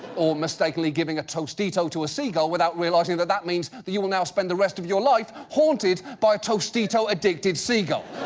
or mistakenly giving a tostito to a seagull without realizing that that means you will now spend the rest of your life haunted by a tostito-addicted seagull.